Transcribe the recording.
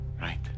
Right